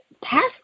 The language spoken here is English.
past